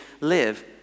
live